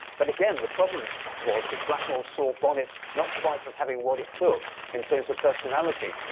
but again, the problem was that blackmore saw bonnet not quite as having what it took in terms of personality,